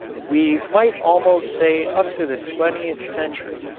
we might almost say up to the twentieth century,